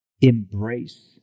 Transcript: embrace